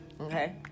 okay